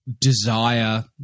desire